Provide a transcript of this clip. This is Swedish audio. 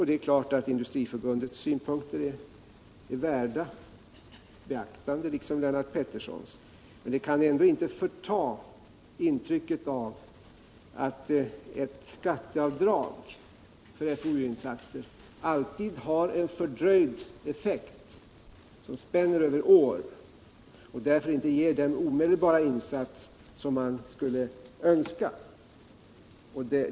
Det är klart att Industriförbundets synpunkter liksom Lennart Petterssons är värda beaktande, men de kan ändå inte förta intrycket av att ett skatteavdrag för FoU-insatser alltid har en fördröjd effekt som spänner över år och därför inte har den omedelbara verkan som man skulle önska.